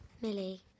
Millie